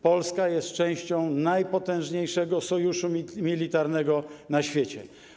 Polska jest częścią najpotężniejszego sojuszu militarnego na świecie.